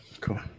cool